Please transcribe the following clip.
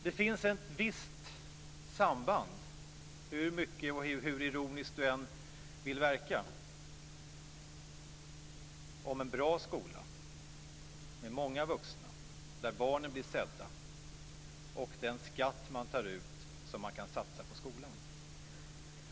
Det finns ett visst samband - hur ironisk Bo Lundgren än vill verka - med en bra skola med många vuxna och där barnen blir sedda och den skatt som tas ut för att satsa på skolan.